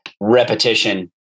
repetition